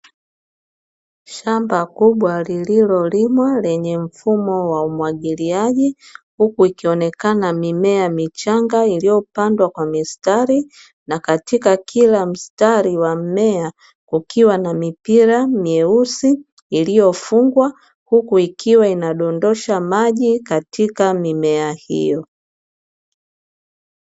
Shamba kubwa lililolimwa lenye mfumo wa umwagiliaji huku ikionekana mimea michanga iliyopandwa kwa mistari na katika kila mstari wa mmea kukiwa na mipira mieusi iliyofungwa huku ikiwa inadondosha maji katika mimea hiyo.